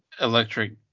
electric